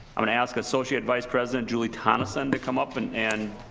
i'm gonna ask associate vice president julie tonneson to come up and and